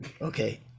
Okay